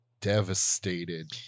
devastated